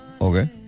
Okay